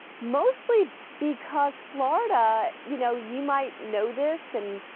mostly because florida you know you might know this and